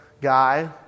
guy